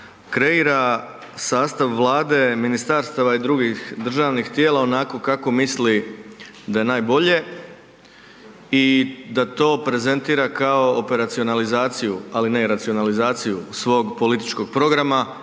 kreira sastav vlade, ministarstava i drugih državnih tijela onako kako misli da je najbolje i da to prezentira kao operacionalizaciju, ali ne i racionalizaciju svog političkog programa